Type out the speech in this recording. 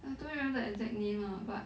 I don't remember the exact name lah but